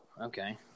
okay